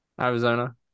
Arizona